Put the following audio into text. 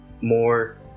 more